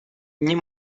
nie